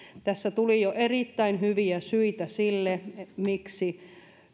tässä tuli jo erittäin hyviä syitä sille miksi